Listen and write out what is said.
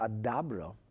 adabra